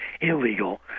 illegal